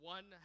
One